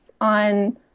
on